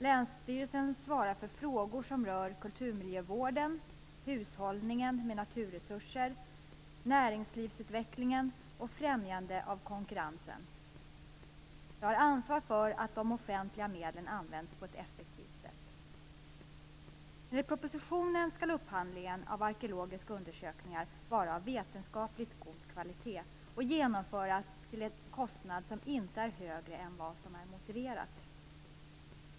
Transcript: Länsstyrelserna svarar för frågor som rör kulturmiljövården, hushållningen med naturresurser, näringslivsutvecklingen och främjande av konkurrensen. De har ansvar för att de offentliga medlen används på ett effektivt sätt. Enligt propositionen skall upphandlingen av arkeologiska undersökningar vara av vetenskapligt god kvalitet och genomföras till en kostnad som inte är högre än vad som är motiverat.